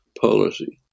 policy